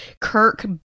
Kirk